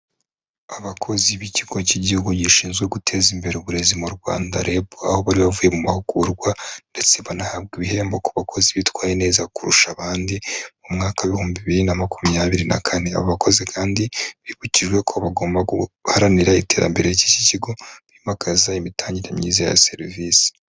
Abakozi b'ikigo cy'igihugu gishinzwe guteza imbere uburezi mu Rwanda REB, aho bari bavuye mu mahugurwa ndetse banahabwa ibihembo ku bakozi bitwaye neza kurusha abandi, mu mwaka w'ibihumbi bibiri na makumyabiri na kane. Abo bakozi kandi bibukijwe ko bagomba guharanira iterambere ry'iki kigo, bimakaza imitangire myiza ya serivisi.